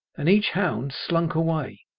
than each hound slunk away,